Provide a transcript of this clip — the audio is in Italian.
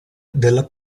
della